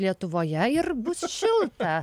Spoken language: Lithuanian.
lietuvoje ir bus šilta